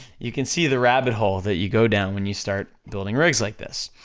you can see the rabbit hole that you go down when you start building rigs like this.